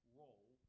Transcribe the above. role